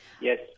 yes